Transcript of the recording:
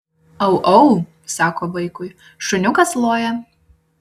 au au sako vaikui šuniukas loja